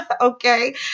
okay